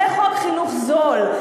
זה חוק חינוך זול.